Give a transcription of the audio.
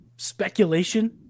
speculation